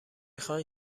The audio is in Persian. خاین